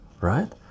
right